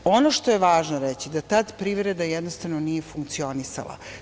Ono što je važno reći, da tada privreda jednostavno nije funkcionisala.